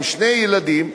עם שני ילדים,